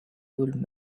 old